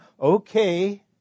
okay